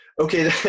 okay